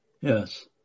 Yes